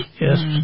yes